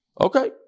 Okay